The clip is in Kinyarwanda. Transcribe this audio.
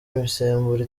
imisemburo